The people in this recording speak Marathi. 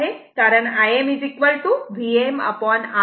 कारण Im VmR आहे